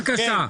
בבקשה.